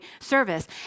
service